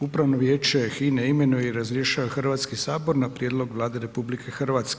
Upravno vijeće Hine imenuje i razrješava Hrvatski sabor na prijedlog Vlade RH.